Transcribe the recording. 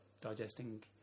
digesting